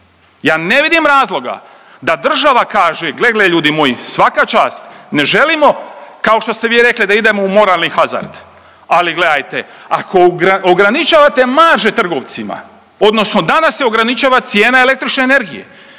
ja ne vidim razloga da država kaže, gle, gle, ljudi moji, svaka čast, ne želimo, kao što ste vi rekli, da idemo u moralni hazard, ali gledajte, ako ograničavate marže trgovcima, odnosno danas se ograničava cijena električne energije,